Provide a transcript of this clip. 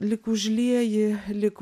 lyg užlieji lyg